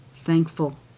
thankful